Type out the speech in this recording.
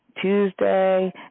Tuesday